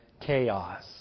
chaos